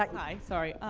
like hi. sorry.